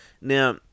Now